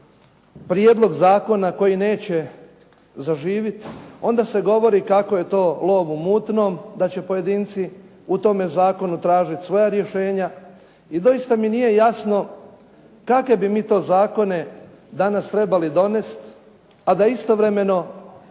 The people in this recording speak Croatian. prijedlog zakona koji neće zaživit, onda se govori kako je to lov u mutnom, da će pojedinci u tome zakonu tražiti svoja rješenja. I doista mi nije jasno kakve bi mi to zakone danas trebali donest a da istovremeno